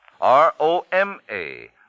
R-O-M-A